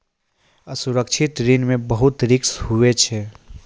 असुरक्षित ऋण मे बहुते रिस्क हुवै छै